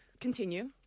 continue